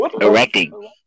erecting